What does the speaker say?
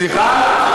סליחה?